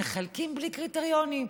מחלקים בלי קריטריונים,